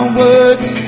words